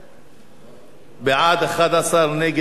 בעד, 11, נגד, אין, נמנעים, אין.